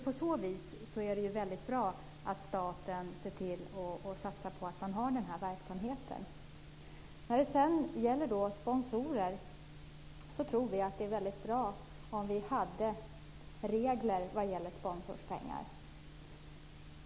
På så vis är det väldigt bra att staten satsar på den här verksamheten. När det gäller sponsorer tror vi att det vore bra om det fanns regler om sponsorspengar.